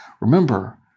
Remember